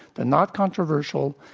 and not controversial,